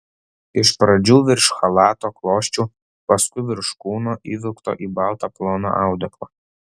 iš pradžių virš chalato klosčių paskui virš kūno įvilkto į baltą ploną audeklą